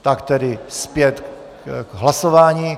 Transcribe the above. Tak tedy zpět k hlasování.